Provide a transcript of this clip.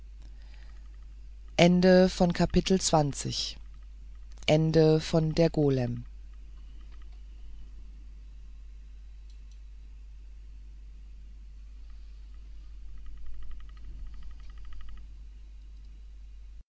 schon der golem